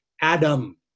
Adam